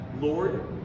Lord